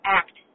act